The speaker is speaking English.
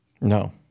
No